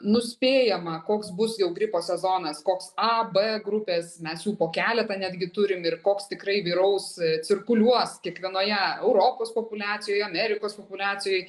nuspėjama koks bus jau gripo sezonas koks a b grupės mes jų po keletą netgi turim ir koks tikrai vyraus cirkuliuos kiekvienoje europos populiacijoj amerikos populiacijoj